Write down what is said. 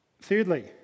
Thirdly